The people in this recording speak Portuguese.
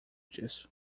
disso